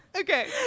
okay